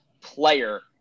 player